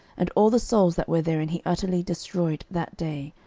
and all the souls that were therein he utterly destroyed that day,